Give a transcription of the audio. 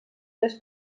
les